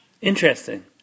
Interesting